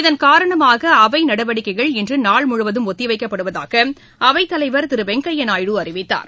இதன்காரணமாக அவை நடவடிக்கைகள் இன்று நாள் முழுவதும் ஒத்திவைக்கப்படுவதாக அவைத்தலைவா் திரு வெங்கய்யா நாயுடு அறிவித்தார்